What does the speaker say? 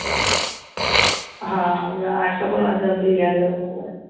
हँ आ कऽ अपना जल्दी लए लेबै मोबाइल